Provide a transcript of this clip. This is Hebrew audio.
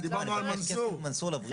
דיון כזה חשוב, למה אתה סוטה מהדיון?